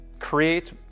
create